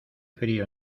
frío